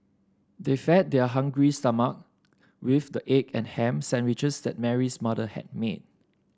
they fed their hungry stomach with the egg and ham sandwiches that Mary's mother had made